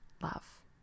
love